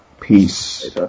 Peace